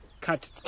Cut